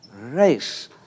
race